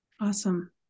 awesome